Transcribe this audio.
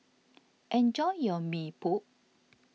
enjoy your Mee Pok